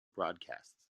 broadcasts